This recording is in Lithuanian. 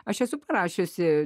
aš esu parašiusi